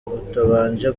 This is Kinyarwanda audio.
utabanje